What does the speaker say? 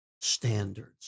standards